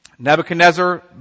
Nebuchadnezzar